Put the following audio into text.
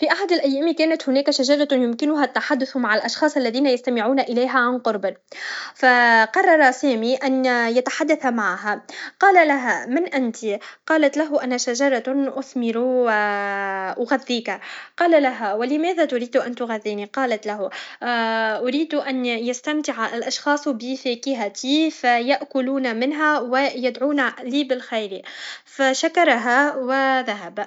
ي أحد الأيام، كانت هناك شجرة يمكنها التحدث مع الأشخاص الذين يستمعون إليها عن قرب فقرر سامي ان يتحدث معها قال لها من انتي قالت له انا شجرة اثمر و اغذيك قال لها ولماذا تريدين ان تغذيني قالت له اريد ان سيتمتع الأشخاص بفاكهتي فيكاكون منها و يدعون لي بالخير فشكرها و ذهب